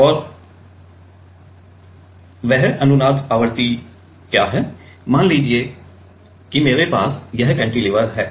और वह अनुनाद आवृत्ति क्या है मान लें कि मेरे पास यह कैंटीलीवर है